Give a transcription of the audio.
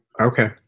Okay